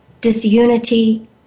disunity